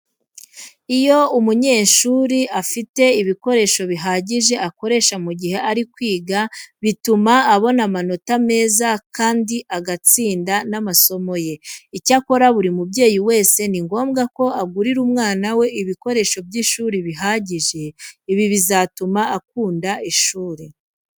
Iyo umunyeshuri afite ibikoresho bihagije akoresha mu gihe ari kwiga bituma abona amanota meza kandi agatsinda n'amasomo ye. Icyakora buri mubyeyi wese ni ngombwa ko agurira umwana we ibikoresho by'ishuri bihagije, ibi bizatuma akunda ishuri.